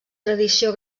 tradició